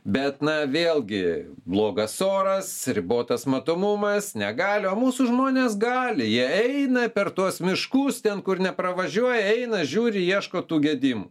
bet na vėlgi blogas oras ribotas matomumas negali o mūsų žmonės gali jie eina per tuos miškus ten kur nepravažiuoja eina žiūri ieško tų gedimų